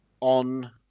on